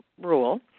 rule